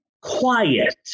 quiet